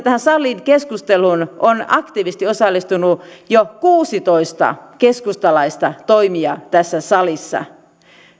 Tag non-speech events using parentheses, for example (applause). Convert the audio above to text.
(unintelligible) tähän salikeskusteluun on myöskin aktiivisesti osallistunut jo kuusitoista keskustalaista toimijaa tässä salissa